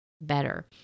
Better